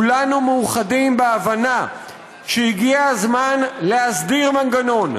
כולנו מאוחדים בהבנה שהגיע הזמן להסדיר מנגנון